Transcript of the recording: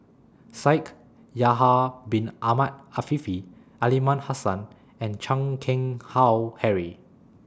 Shaikh Yahya Bin Ahmed Afifi Aliman Hassan and Chan Keng Howe Harry